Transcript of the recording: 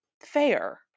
fair